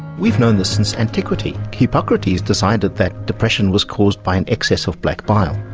we've known this since antiquity. hippocrates decided that depression was caused by an excess of black bile.